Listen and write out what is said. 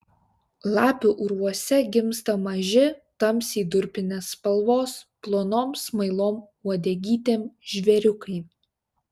lapių urvuose gimsta maži tamsiai durpinės spalvos plonom smailom uodegytėm žvėriukai